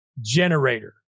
generator